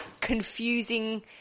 confusing